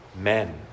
men